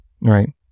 Right